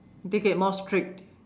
take it more strict